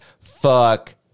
fuck